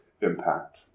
impact